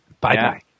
Bye-bye